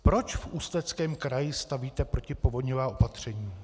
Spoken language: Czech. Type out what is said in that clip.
Proč v Ústeckém kraji stavíte protipovodňová opatření?